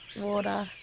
water